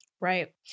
Right